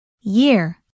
year